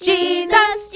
Jesus